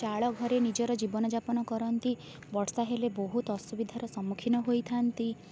ଚାଳ ଘରେ ନିଜର ଜୀବନଯାପନ କରନ୍ତି ବର୍ଷା ହେଲେ ବହୁତ ଅସୁବିଧାର ସମ୍ମୁଖୀନ ହୋଇଥାନ୍ତି